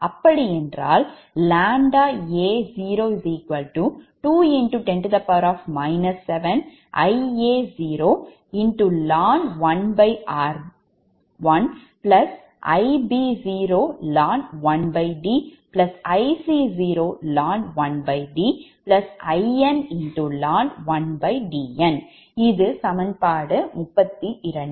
அப்படியென்றால் ʎa02X10 7Ia0ln 1r1 Ib0ln 1DIc0ln 1DIn ln 1Dn இது சமன்பாடு 32